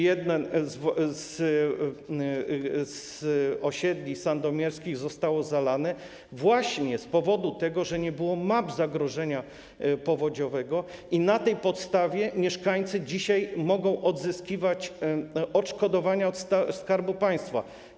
Jedno z osiedli sandomierskich zostało zalane właśnie z tego powodu, że nie było map zagrożenia powodziowego, i na tej podstawie mieszkańcy dzisiaj mogą odzyskiwać odszkodowania od Skarbu Państwa.